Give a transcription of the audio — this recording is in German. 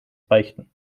beichten